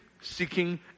seeking